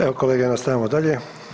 Evo kolege nastavljamo dalje.